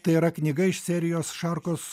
tai yra knyga iš serijos šarkos